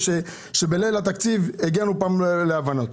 זאת ההשלמה שלהם., אגב,